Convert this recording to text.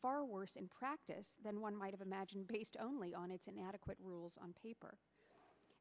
far worse in practice than one might imagine based only on its inadequate rules on paper